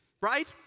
right